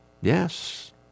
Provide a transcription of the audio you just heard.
Yes